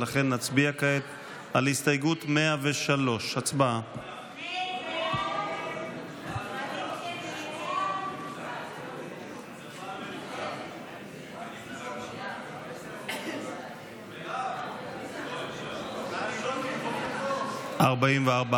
לכן נצביע כעת על הסתייגות 103. הצבעה.